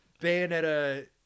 Bayonetta